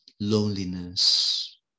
loneliness